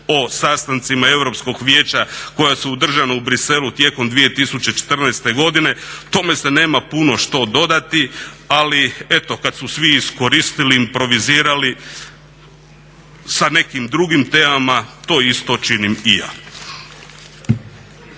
o sastancima Europskog vijeća koja su održana u Bruxellesu tijekom 2014. godine. Tome se nema puno što dodati, ali eto kad su svi iskoristili i improvizirali sa nekim drugim temama to isto činim i ja.